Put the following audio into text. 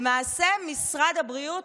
למעשה משרד הבריאות